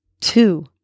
Two